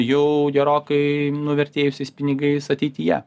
jau gerokai nuvertėjusiais pinigais ateityje